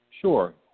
Sure